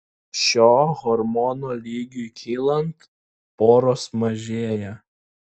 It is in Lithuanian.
šio hormono lygiui kylant poros mažėja